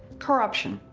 corruption.